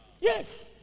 Yes